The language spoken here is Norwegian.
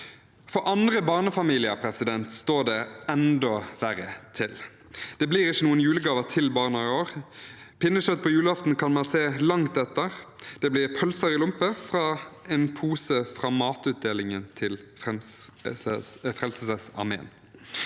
For andre barnefamilier står det enda verre til. Det blir ikke noen julegaver til barna i år. Pinnekjøtt på julaften kan man se langt etter. Det blir pølser i lompe fra en pose fra matutdelingen til Frelsesarmeen.